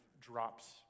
drops